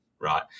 Right